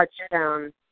touchdown